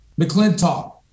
McClintock